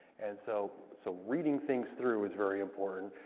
and so so reading things through is very important.